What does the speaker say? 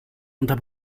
unter